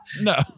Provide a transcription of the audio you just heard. No